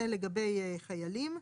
זה לגבי חיילים.